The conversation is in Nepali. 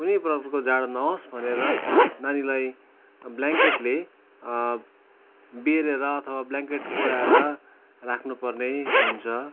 कुनैप्रकारको जाडो नहोस् भनेर नानीलाई ब्लाङ्केटले बेरेर अथवा ब्लाङकेट ओडाएर राख्नुपर्ने हुन्छ